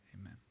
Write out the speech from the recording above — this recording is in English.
Amen